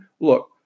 look